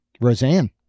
Roseanne